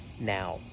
now